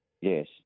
yes